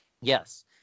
Yes